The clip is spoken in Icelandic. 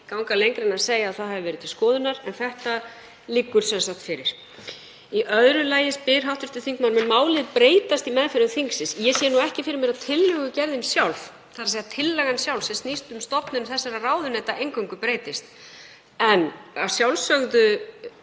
ganga lengra en að segja að það hafi verið til skoðunar. En þetta liggur sem sagt fyrir. Í öðru lagi spyr hv. þingmaður: Mun málið breytast í meðförum þingsins? Ég sé ekki fyrir mér að tillögugerðin sjálf, þ.e. tillagan sjálf sem snýst um stofnun þessara ráðuneyta eingöngu, breytist en að sjálfsögðu